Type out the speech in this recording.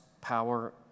power